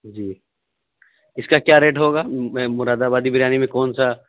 جی اس کا کیا ریٹ ہوگا مراد آبادی بریانی میں کون سا